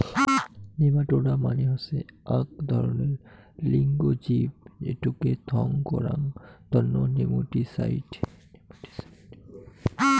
nematoda মানে হসে আক ধরণের লিঙ্গ জীব এটোকে থং করাং তন্ন নেমাটিসাইড